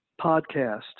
podcast